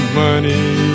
money